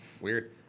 Weird